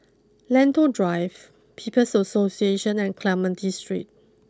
Lentor Drive People's Association and Clementi Street